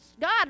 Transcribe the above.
God